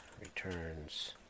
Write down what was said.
returns